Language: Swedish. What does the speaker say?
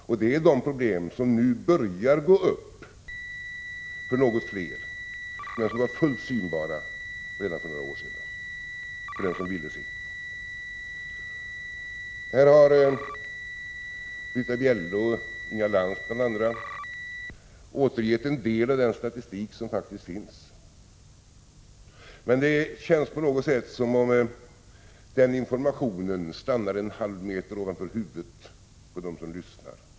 De motionerna tar upp problem som nu börjar gå upp för något fler men som var fullt synbara även för några år sedan — för den som ville se. Här har bl.a. Britta Bjelle och Inga Lantz återgivit en del av den statistik som faktiskt finns, men det känns på något sätt som om den informationen stannar en halv meter ovanför huvudet på den som lyssnar.